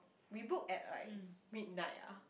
we book at like midnight ah